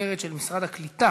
לכותרת של: משרד העלייה והקליטה